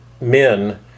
men